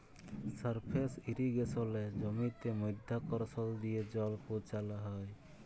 surface ইরিগেসলে জমিতে মধ্যাকরসল দিয়ে জল পৌঁছাল হ্যয়